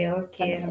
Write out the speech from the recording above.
okay